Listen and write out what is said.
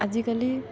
ଆଜିକାଲି